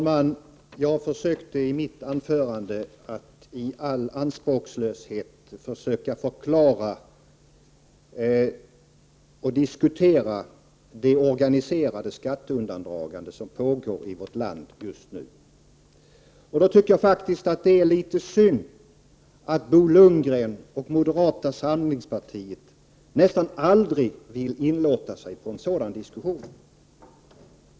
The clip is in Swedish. Herr talman! I mitt anförande försökte jag att i all anspråkslöshet förklara och diskutera det organiserade skatteundandragande som pågår i vårt land just nu. Jag måste säga att jag faktiskt tycker att det är litet synd att Bo Lundgren och andra företrädare för moderata samlingspartiet nästan aldrig vill inlåta sig på en sådan diskussion.